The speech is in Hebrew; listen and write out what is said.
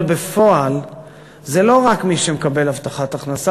אבל בפועל זה לא רק מי שמקבל הבטחת הכנסה